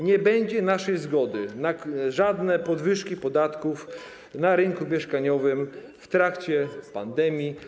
Nie będzie naszej zgody na żadne podwyżki podatków na rynku mieszkaniowym w trakcie pandemii.